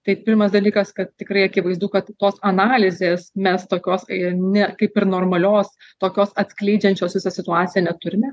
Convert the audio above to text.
tai pirmas dalykas kad tikrai akivaizdu kad tos analizės mes tokios i ne kaip ir normalios tokios atskleidžiančios visą situaciją neturime